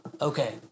Okay